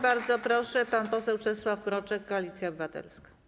Bardzo proszę, pan poseł Czesław Mroczek, Koalicja Obywatelska.